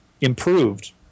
improved